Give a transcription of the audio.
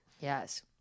Yes